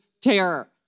terror